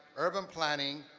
urban planning,